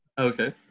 Okay